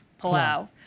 Palau